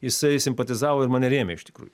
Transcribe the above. jisai simpatizavo ir mane rėmė iš tikrųjų